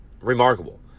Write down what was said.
remarkable